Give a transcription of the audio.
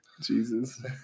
Jesus